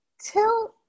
till